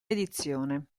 edizione